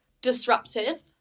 disruptive